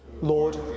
Lord